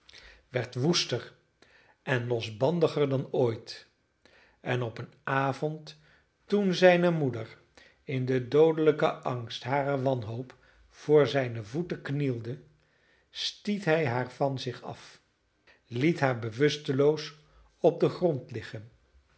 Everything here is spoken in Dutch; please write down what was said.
werd woester en losbandiger dan ooit en op een avond toen zijne moeder in den doodelijken angst harer wanhoop voor zijne voeten knielde stiet hij haar van zich af liet haar bewusteloos op den grond liggen